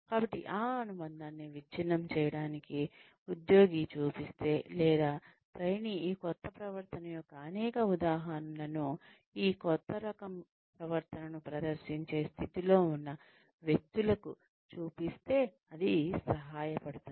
కాబట్టి ఆ అనుబంధాన్ని విచ్ఛిన్నం చేయడానికి ఉద్యోగి చూపిస్తే లేదా ట్రైనీ ఈ కొత్త ప్రవర్తన యొక్క అనేక ఉదాహరణలను ఈ కొత్త రకం ప్రవర్తనను ప్రదర్శించే స్థితిలో ఉన్న వ్యక్తులకు చూపిస్తే అది సహాయపడుతుంది